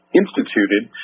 instituted